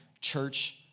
church